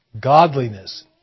godliness